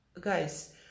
guys